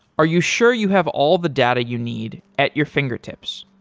are you sure you have all the data you need at your fingertips?